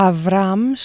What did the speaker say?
Avram